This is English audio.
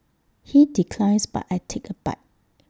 he declines but I take A bite